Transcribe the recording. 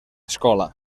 escola